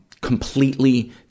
completely